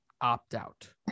opt-out